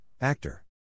Actor